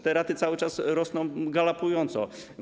Te raty cały czas rosną galopująco.